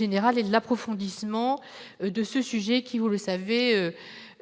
et l'approfondissement de ce sujet qui vous le savez